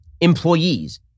employees